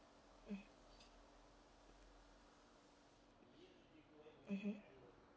mm mmhmm